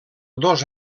dos